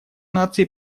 наций